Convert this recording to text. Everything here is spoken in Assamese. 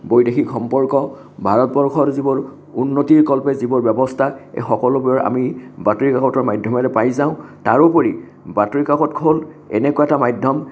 বৈদেশিক সম্পৰ্ক ভাৰতবৰ্ষৰ যিবোৰ উন্নতিৰ কল্পে যিবোৰ ব্যৱস্থা এই সকলোবোৰৰ আমি বাতৰি কাকতৰ মাধ্যমেৰে পাই যাওঁ তাৰোপৰি বাতৰি কাকতখন এনেকুৱা এটা মাধ্যম